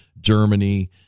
Germany